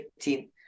15